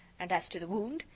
and as to the wound,